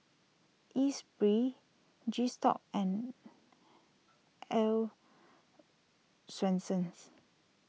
Espirit G stock and Earl's Swensens